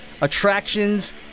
Attractions